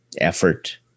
effort